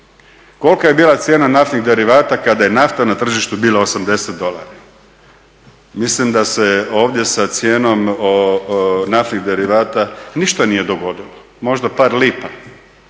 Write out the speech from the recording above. Kolika je bila cijena naftnih derivata kada je nafta na tržištu bila 80 dolara? Mislim da se ovdje sa cijenom naftnih derivata ništa nije dogodilo možda par lipa